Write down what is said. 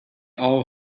all